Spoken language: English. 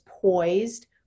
poised